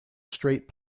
straight